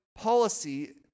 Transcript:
policy